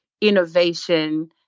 innovation